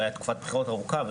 הייתה תקופת בחירות ארוכה,